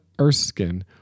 Erskine